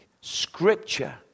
Scripture